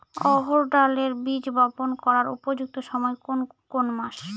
অড়হড় ডালের বীজ বপন করার উপযুক্ত সময় কোন কোন মাস?